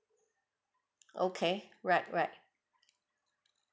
okay right right